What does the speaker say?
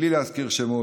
בלי להזכיר שמות,